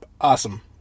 Awesome